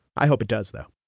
i hope it does, though